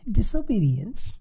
disobedience